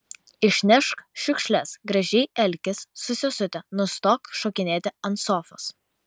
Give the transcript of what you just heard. išnešk šiukšles gražiai elkis su sesute nustok šokinėti ant sofos